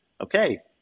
okay